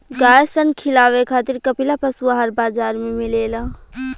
गाय सन खिलावे खातिर कपिला पशुआहार बाजार में मिलेला